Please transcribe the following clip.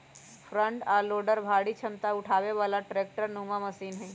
front आ loader भारी क्षमता उठाबे बला ट्रैक्टर नुमा मशीन हई